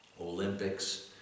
Olympics